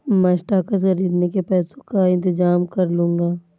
मैं स्टॉक्स खरीदने के पैसों का इंतजाम कर लूंगा